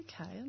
Okay